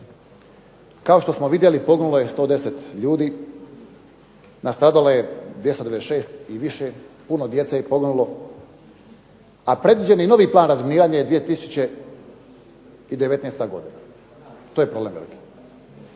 Kao što smo vidjeli poginulo je 110 ljudi, nastradalo je 296 i više. Puno djece je poginulo, a predviđeni novi plan razminiranja je 2019. godina. To je problem veliki.